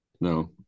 no